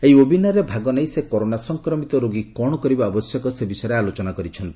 ଏହି ଓ୍ୱେବିନାରରେ ଭାଗ ନେଇ ସେ କରୋନା ସଂକ୍ରମିତ ରୋଗୀ କ'ଣ କରିବା ଆବଶ୍ୟକ ସେ ବିଷୟରେ ଆଲୋଚନା କରିଥିଲେ